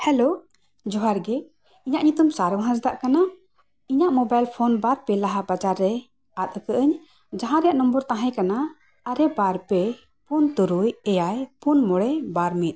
hello ᱡᱚᱦᱟᱨ ᱜᱮ ᱤᱧᱟᱹᱜ ᱧᱩᱛᱩᱢ ᱥᱟᱨᱚ ᱦᱟᱸᱥᱫᱟ ᱠᱟᱱᱟ ᱤᱧᱟᱹᱜ ᱢᱳᱵᱟᱭᱤᱞ ᱯᱷᱳᱱ ᱵᱟᱨ ᱯᱮ ᱞᱟᱦᱟ ᱵᱟᱡᱟᱨ ᱨᱮ ᱟᱫ ᱟᱹᱠᱟᱹᱜ ᱟᱹᱧ ᱡᱟᱦᱟᱸ ᱨᱮᱭᱟᱜ ᱱᱚᱢᱵᱚᱨ ᱛᱟᱦᱮᱸ ᱠᱟᱱᱟ ᱟᱨᱮ ᱵᱟᱨ ᱯᱮ ᱯᱩᱱ ᱛᱩᱨᱩᱭ ᱮᱭᱟᱭ ᱯᱩᱱ ᱢᱚᱬᱮ ᱵᱟᱨ ᱢᱤᱫ